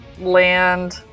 land